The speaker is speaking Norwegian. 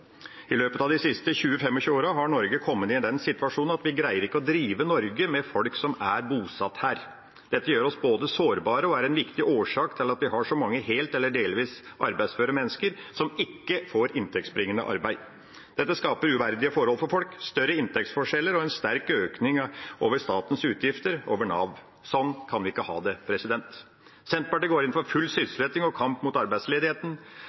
I løpet av de siste 20–25 årene har Norge kommet i den situasjonen at vi ikke greier å drive Norge med folk som er bosatt her. Dette gjør oss sårbare og er en viktig årsak til at vi har så mange helt eller delvis arbeidsføre mennesker som ikke får inntektsbringende arbeid. Dette skaper uverdige forhold for folk – større inntektsforskjeller og en sterk økning i statens utgifter over Nav. Sånn kan vi ikke ha det. Senterpartiet går inn for full sysselsetting og kamp mot